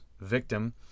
Victim